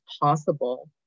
possible